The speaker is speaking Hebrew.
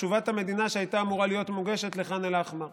תשובת המדינה שהייתה אמורה להיות מוגשת על ח'אן אל-אחמר.